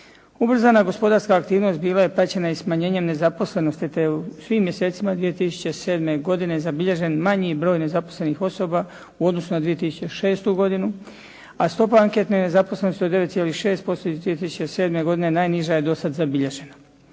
Ubrzana gospodarska aktivnost bila je praćena i smanjenjem nezaposlenosti te je u svim mjesecima 2007. godine zabilježen manji broj nezaposlenih osoba u odnosu na 2006. godinu, a stopa anketne nezaposlenosti od 9,6% iz 2007. godine najniža je dosad zabilježena.